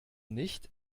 nicht